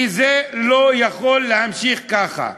כי זה לא יכול להמשיך ככה.